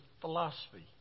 philosophy